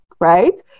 right